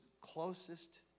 closest